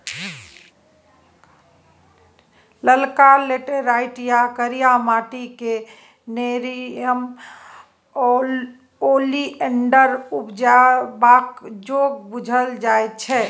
ललका लेटैराइट या करिया माटि क़ेँ नेरियम ओलिएंडर उपजेबाक जोग बुझल जाइ छै